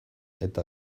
eta